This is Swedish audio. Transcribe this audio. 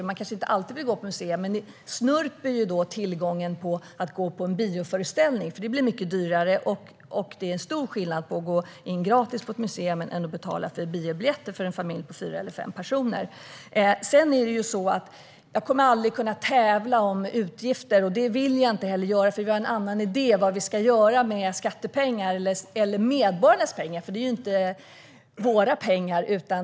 Men man kanske inte alltid vill gå på museer, och ni snörper tillgången till att gå på en bioföreställning. Det blir mycket dyrare. Det är stor skillnad mellan att gå in gratis på ett museum och att betala biobiljetter för en familj på fyra eller fem personer. Jag kommer aldrig att kunna tävla om utgifter. Jag vill inte heller göra det, för vi har en annan idé om vad vi ska göra med skattepengarna eller medborgarnas pengar - för det är ju inte våra pengar.